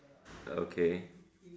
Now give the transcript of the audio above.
okay